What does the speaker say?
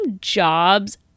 jobs